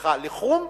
סליחה לחום,